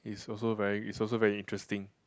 is also very is also very interesting